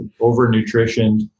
overnutritioned